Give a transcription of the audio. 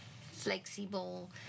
flexible